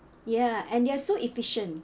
ya and they are so efficient